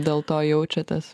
dėl to jaučiatės